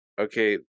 okay